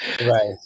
Right